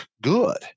good